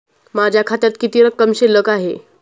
माझ्या खात्यात किती रक्कम शिल्लक आहे?